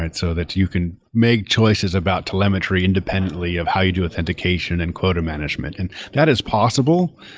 and so that you can make choices about telemetry independently of how you do authentication and quota management. and that is possible.